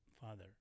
father